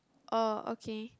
oh okay